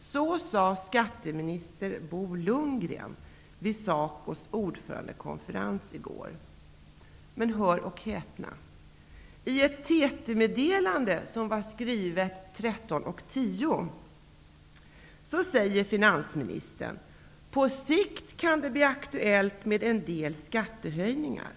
Så sade skatteminister Bo Lundgren vid Men hör och häpna! I ett TT-meddelande som var skrivet kl. 13.10 säger finansministern att det på sikt kan bli aktuellt med en del skattehöjningar.